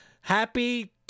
happy